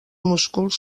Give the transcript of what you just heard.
músculs